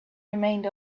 remained